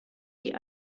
die